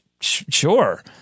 sure